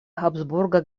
habsburga